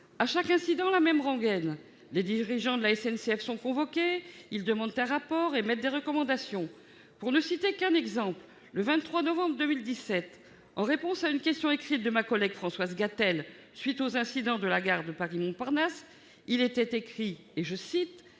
À chaque incident, c'est la même rengaine : les dirigeants de la SNCF sont convoqués, ils demandent un rapport, émettent des recommandations. Pour ne citer qu'un exemple, le 23 novembre 2017, il a été répondu à une question écrite de ma collègue Françoise Gatel, à la suite des incidents de la gare de Paris-Montparnasse, de la manière suivante